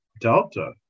Delta